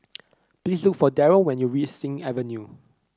please look for Darryl when you Sing Avenue